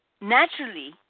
naturally